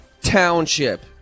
Township